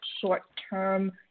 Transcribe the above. short-term